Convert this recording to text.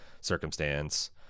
circumstance